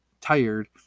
tired